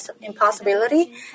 impossibility